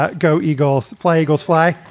ah go, eagles play eagles fly